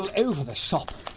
and over the shop,